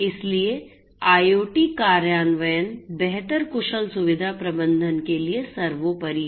इसलिए IoT कार्यान्वयन बेहतर कुशल सुविधा प्रबंधन के लिए सर्वोपरि है